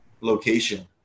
location